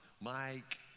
Mike